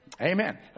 Amen